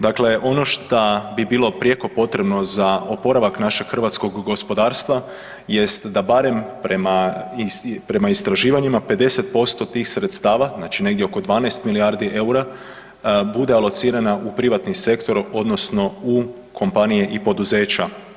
Dakle, ono šta bi bilo prijeko potrebno za oporavak našeg hrvatskog gospodarstva jest da barem prema istraživanjima 50% tih sredstava znači negdje oko 12 milijardi eura bude alocirana u privatni sektor odnosno u kompanije i poduzeća.